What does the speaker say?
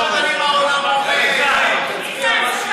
על שלושה דברים העולם עומד, ניסן,